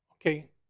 Okay